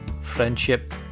friendship